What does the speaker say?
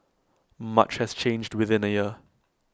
much has changed within A year